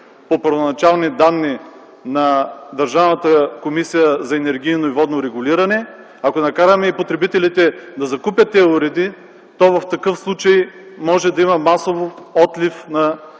по първоначални данни на Държавната комисия за енергийно и водно регулиране, ако накараме и потребителите да закупят тези уреди, то в такъв случай може да има масов отлив от потребление